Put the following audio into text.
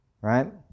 right